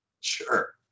Sure